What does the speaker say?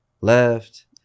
left